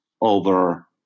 over